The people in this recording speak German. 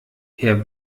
herr